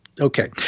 okay